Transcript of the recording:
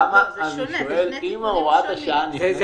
אלו שני תיקונים שונים.